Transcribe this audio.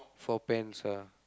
four pans ah